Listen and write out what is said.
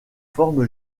forme